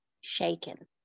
shaken